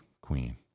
queen